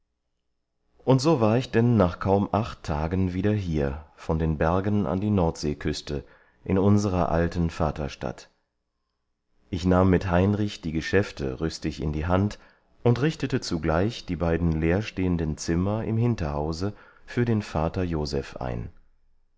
und so war ich denn nach kaum acht tagen wieder hier von den bergen an die nordseeküste in unserer alten vaterstadt ich nahm mit heinrich die geschäfte rüstig in die hand und richtete zugleich die beiden leerstehenden zimmer im hinterhause für den vater joseph ein